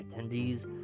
attendees